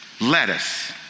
lettuce